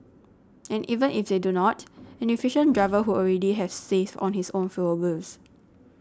and even if they do not an efficient driver would already have saved on his own fuel bills